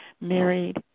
married